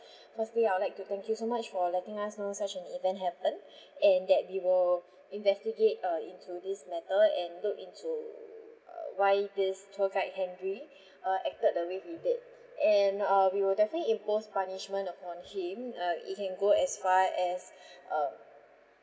firstly I'd like to thank you so much for letting us know such an event happened and that we will investigate uh into this matter and look into err why this tour guide henry uh acted the way he did and uh we will definitely impose punishment upon him uh it can go as far as uh